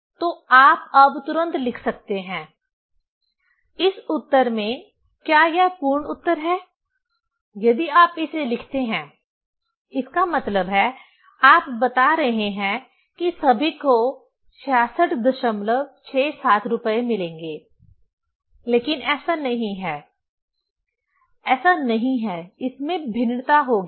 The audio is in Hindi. तोआप अब तुरंत लिख सकते हैं इस उत्तर में क्या यह पूर्ण उत्तर है यदि आप इसे लिखते हैं इसका मतलब है आप बता रहे हैं कि सभी को 6667 रुपये मिलेंगे लेकिन ऐसा नहीं है ऐसा नहीं है इसमें भिन्नता होगी